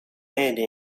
andy